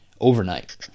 overnight